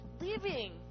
living